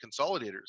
consolidators